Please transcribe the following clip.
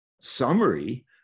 summary